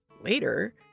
later